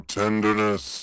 tenderness